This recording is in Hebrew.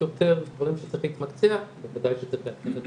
יותר דברים שצריך להתמקצע בוודאי שצריך לעדכן את